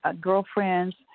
girlfriends